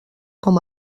com